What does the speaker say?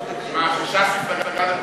השר פירון,